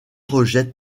rejette